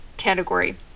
category